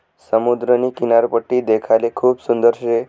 समुद्रनी किनारपट्टी देखाले खूप सुंदर शे